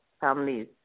families